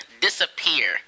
disappear